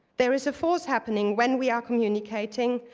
there is a force happening when we are communicating,